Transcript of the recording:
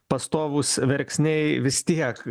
pastovūs verksniai vis tiek